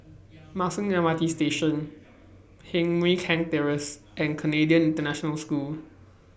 Marsiling M R T Station Heng Mui Keng Terrace and Canadian International School